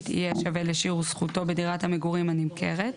יהיה שווה לשיעור זכותו בדירת המגורים הנמכרת.